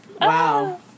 Wow